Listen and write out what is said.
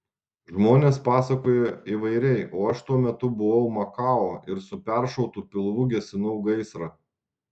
žmonės pasakojo įvairiai o aš tuo metu buvau makao ir su peršautu pilvu gesinau gaisrą